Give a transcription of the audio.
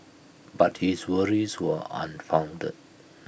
but his worries were unfounded